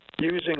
using